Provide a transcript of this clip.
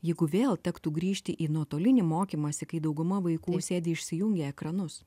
jeigu vėl tektų grįžti į nuotolinį mokymąsi kai dauguma vaikų sėdi išsijungę ekranus